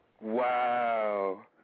Wow